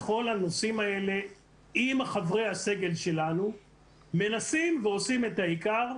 אנחנו בכל הנושאים האלה עם חברי הסגל שלנו מנסים ועושים את העיקר,